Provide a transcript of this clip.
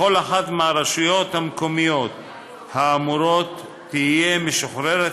וכל אחת מהרשויות המקומיות האמורות תהיה משוחררת